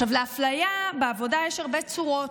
עכשיו, לאפליה בעבודה יש הרבה צורות,